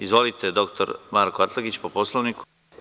Izvolite, dr Marko Atlagić, po Poslovniku.